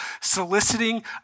soliciting